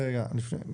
רגע, לפני כן.